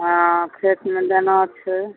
हँ खेतमे देना छै